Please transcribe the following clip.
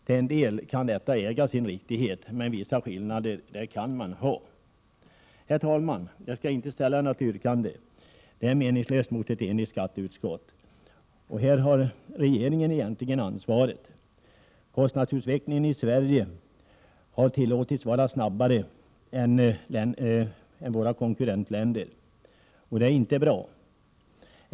Till en del kan detta äga sin riktighet, men vissa skillnader kan man ha. Herr talman! Jag skall inte ställa något yrkande; det är meningslöst mot ett enigt skatteutskott, och här är det har regeringen som har det egentliga ansvaret. Kostnadsutvecklingen i Sverige har tillåtits vara snabbare än i våra konkurrentländer, och det är inte bra.